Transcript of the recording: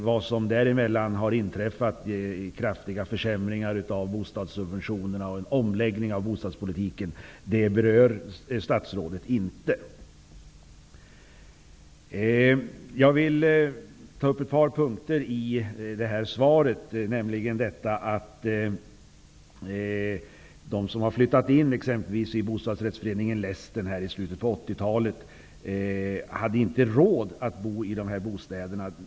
Vad som har inträffat där emellan av kraftiga försämringar av bostadssubventionerna och en omläggning av bostadspolitiken berör statsrådet inte. Jag vill ta upp ett par punkter i svaret, nämligen detta att de som flyttade in i t.ex. bostadsrättsföreningen Lästen i slutet på 80-talet egentligen inte hade råd att bo i dessa bostäder.